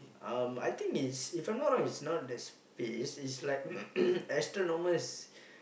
um I think it's if I'm not wrong it's not the space is like astronomers